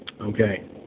Okay